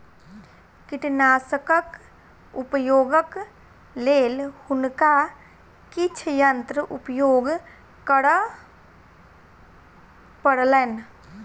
कीटनाशकक उपयोगक लेल हुनका किछ यंत्र उपयोग करअ पड़लैन